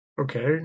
Okay